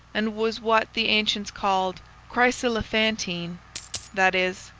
and was what the ancients called chryselephantine that is,